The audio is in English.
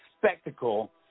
spectacle